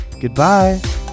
Goodbye